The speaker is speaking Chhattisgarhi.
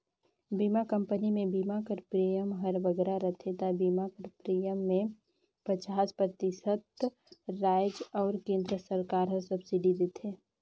बीमा कंपनी में बीमा कर प्रीमियम हर बगरा रहथे ता बीमा कर प्रीमियम में पचास परतिसत राएज अउ केन्द्र सरकार हर सब्सिडी देथे